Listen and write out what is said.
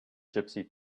gypsy